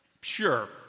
Sure